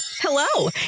hello